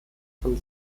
von